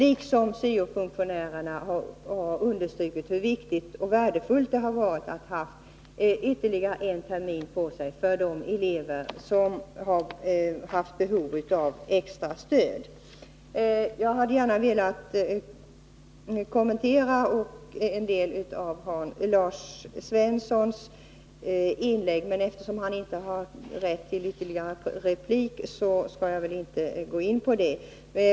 Syo-funktionärerna har också understrukit hur viktigt och värdefullt det har varit att få ytterligare en termin på sig för att hjälpa de elever som haft behov av extra stöd. Jag hade gärna velat kommentera en del av vad Lars Svensson sade i sitt inlägg, men eftersom han inte har rätt till ytterligare replik skall jag inte göra det.